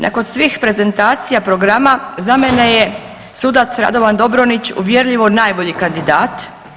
Nakon svih prezentacija programa za mene je sudac Radovan Dobronić uvjerljivo najbolji kandidat.